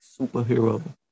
superhero